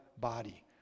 body